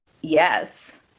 yes